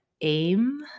aim